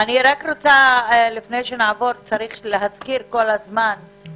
אבל חשוב לשים דגש על שתי אוכלוסיות שלא הזכרנו אותן בדיון עד עכשיו,